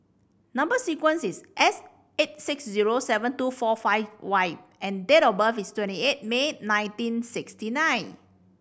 number sequence is S eight six zero seven two four five Y and date of birth is twenty eight May nineteen sixty nine